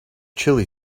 chilli